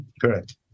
Correct